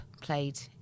played